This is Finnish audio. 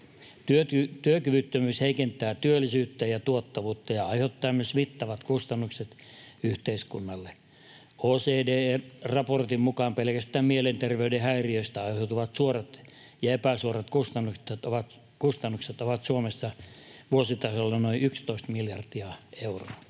Työkyvyttömyys heikentää työllisyyttä ja tuottavuutta ja aiheuttaa myös mittavat kustannukset yhteiskunnalle. OECD:n raportin mukaan pelkästään mielenterveyden häiriöistä aiheutuvat suorat ja epäsuorat kustannukset ovat Suomessa vuositasolla noin 11 miljardia euroa,